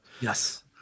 Yes